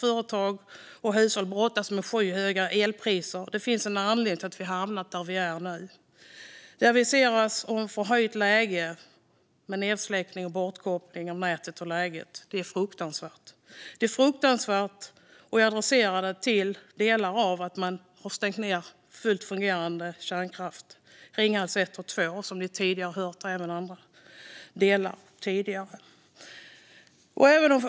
Företag och hushåll brottas med skyhöga elpriser, och det finns en anledning till att vi hamnat där vi är nu. Det aviseras om ett läge med förhöjd risk för nedsläckning och bortkoppling av nätet. Det är fruktansvärt, och jag hänför det delvis till att man har stängt ned fullt fungerande kärnkraft, Ringhals 1 och 2, som ni tidigare hört andra nämna.